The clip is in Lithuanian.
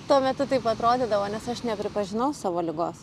tuo metu taip atrodydavo nes aš nepripažinau savo ligos